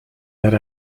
that